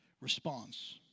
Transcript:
response